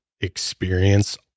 experience